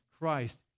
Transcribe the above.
Christ